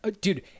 dude